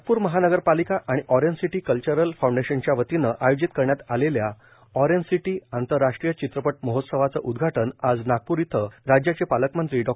नागप्र महानगरपालिका आणि orange city cultural फांडेशनच्या वतीनं आयोजित करण्यात आलेल्या ऑरेंजसिटी आंतरराष्ट्रीय चित्रपट महोत्सवाचं आज उदघाटन आज नागपूर इथं राज्याचे पालकमंत्री डॉ